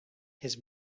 his